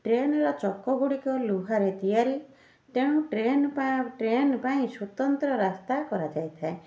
ଟ୍ରେନ୍ର ଚକ ଗୁଡ଼ିକ ଲୁହାରେ ତିଆରି ତେଣୁ ଟ୍ରେନ୍ ପା ଟ୍ରେନ୍ ପାଇଁ ସ୍ୱତନ୍ତ୍ର ରାସ୍ତା କରାଯାଇଥାଏ